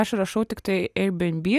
aš rašau tiktai air bnb